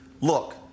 look